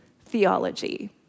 theology